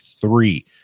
three